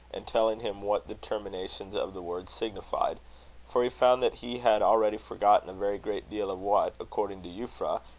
and telling him what the terminations of the words signified for he found that he had already forgotten a very great deal of what, according to euphra,